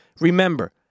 remember